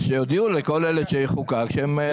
אז שיודיעו לכל אלה כשיחוקק שהעניין בטל ומבוטל.